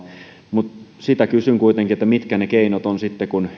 mutta sitä kysyn kuitenkin mitkä ne keinot ovat sitten kun